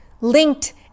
linked